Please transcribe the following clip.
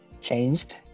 changed